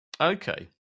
okay